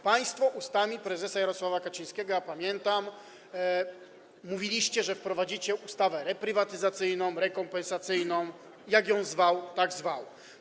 Państwo ustami prezesa Jarosława Kaczyńskiego - pamiętam - mówiliście, że wprowadzicie ustawę reprywatyzacyjną, rekompensacyjną, jak ją zwał, tak zwał.